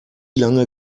lange